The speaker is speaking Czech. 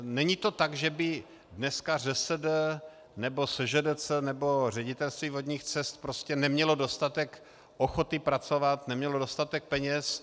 Není to tak, že by dneska ŘSD nebo SŽDC nebo Ředitelství vodních cest prostě neměly dostatek ochoty pracovat, neměly dostatek peněz.